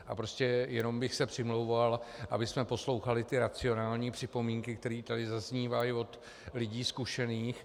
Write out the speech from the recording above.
A prostě jenom bych se přimlouval, abychom poslouchali racionální připomínky, které tady zaznívají od lidí zkušených.